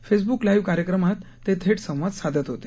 Facebook Live कार्यक्रमात ते थेट संवाद साधत होते